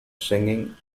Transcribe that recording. singing